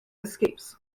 escapes